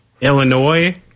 Illinois